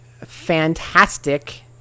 fantastic